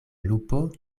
lupo